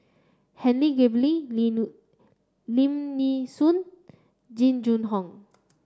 Helen Gilbey Lim Nee Soon Jing Jun Hong